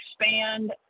expand